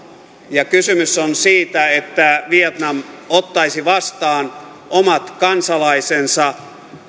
kysymys on siitä että vietnam ottaisi vastaan omat kansalaisensa